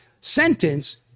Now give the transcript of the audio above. sentence